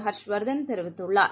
ஹர்ஷ் வர்தன் தெரிவித்துள்ளார்